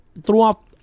throughout